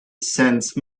sensed